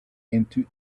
into